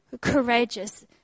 courageous